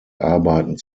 arbeiten